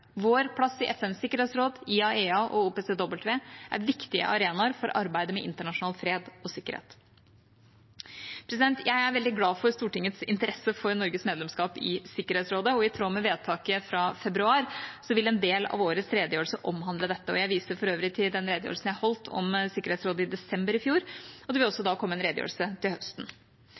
Vår plass i FNs sikkerhetsråd, IAEA og OPCW er viktige arenaer for arbeidet med internasjonal fred og sikkerhet. Jeg er veldig glad for Stortingets interesse for Norges medlemskap i Sikkerhetsrådet, og i tråd med vedtaket i februar vil en del av årets redegjørelse omhandle dette. Jeg viser for øvrig til den redegjørelsen jeg holdt om Sikkerhetsrådet i desember i fjor, og det vil også komme en redegjørelse til høsten.